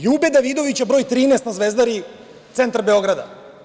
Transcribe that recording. LJube Davidovića br. 13 na Zvezdari, centar Beograda.